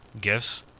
gifts